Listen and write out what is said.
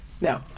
no